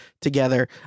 together